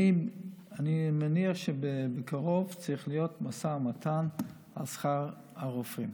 אני מניח שבקרוב צריך להיות משא ומתן על שכר הרופאים,